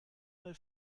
mal